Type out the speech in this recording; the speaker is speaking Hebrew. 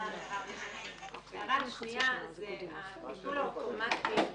הערה שנייה היא לגבי הביטול האוטומטי.